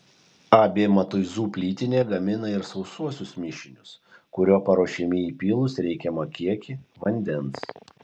ab matuizų plytinė gamina ir sausuosius mišinius kurie paruošiami įpylus reikiamą kiekį vandens